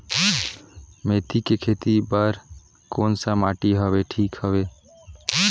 मेथी के खेती बार कोन सा माटी हवे ठीक हवे?